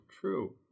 True